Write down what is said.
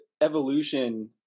evolution